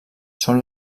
són